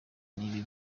n’ibibi